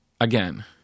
Again